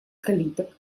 калиток